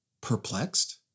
perplexed